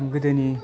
गोदोनि